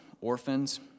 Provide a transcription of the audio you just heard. orphans